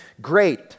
great